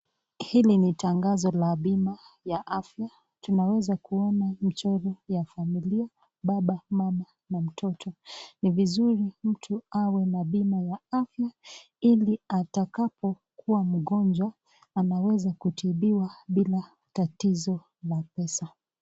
Hili ni tangozo la bima la afya . Tunaweza kuona michoro ya familia baba , mama na mtoto. Ni vizuri mtu awe na bima ya afya ili atakapo kuwa mgojwa anaweza kutibiwa bila tatizo la pesa.